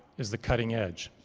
is the cutting edge.